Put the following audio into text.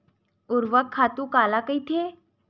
ऊर्वरक खातु काला कहिथे?